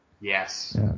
yes